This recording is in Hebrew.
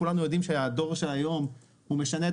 כולנו יודעים שהדור של היום משנה את